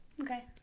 okay